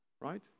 Right